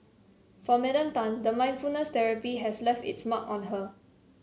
for Madam Tan the mindfulness therapy has left its mark on her